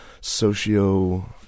socio